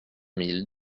mille